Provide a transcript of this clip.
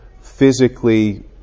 physically